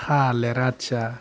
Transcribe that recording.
थालेर आथिया